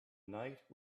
night